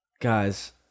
guys